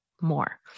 more